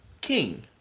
king